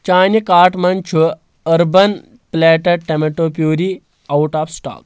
چانہِ کاٹ منٛز چھُ Urban Platter tomato puree out of stock